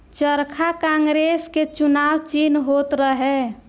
चरखा कांग्रेस के चुनाव चिन्ह होत रहे